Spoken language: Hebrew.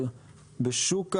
אבל בשוק הדיור,